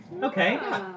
Okay